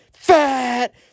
fat